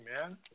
man